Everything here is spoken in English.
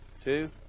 two